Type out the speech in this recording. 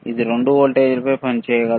ఇది రెండు వోల్టేజ్లపై పనిచేయగలదు